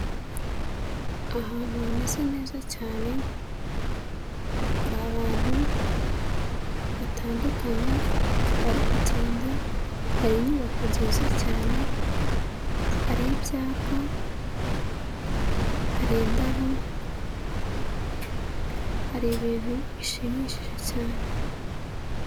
Ahantu hameze neza cyane, hari abantu batandukanye bari kugenda, hari inyubako nziza cyane, hari ibyapa, hari indabo, hari ibintu bishimishije cyane.